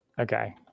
okay